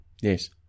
Yes